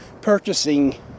purchasing